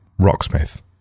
Rocksmith